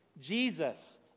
Jesus